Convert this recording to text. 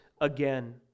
again